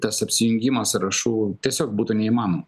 tas apsijungimas sąrašų tiesiog būtų neįmanoma